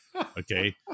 Okay